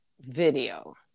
video